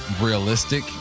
realistic